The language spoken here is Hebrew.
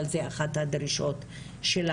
אבל זו אחת הדרישות שלנו.